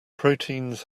proteins